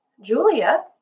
Julia